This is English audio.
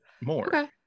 more